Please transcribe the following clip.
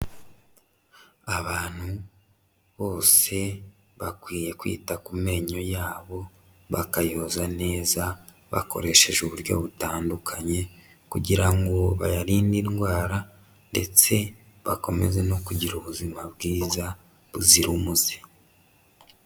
Abantu bose bakwiye kwita ku menyo yabo bakayoza neza bakoresheje uburyo butandukanye kugira ngo bayarinde indwara ndetse bakomeze no kugira ubuzima bwiza buzira umuze.